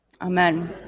Amen